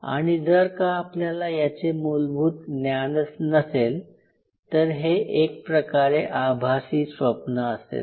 आणि जर का आपल्याला याचे मूलभूत ज्ञानच नसेल तर हे एक प्रकारे आभासी स्वप्न असेल